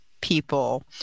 people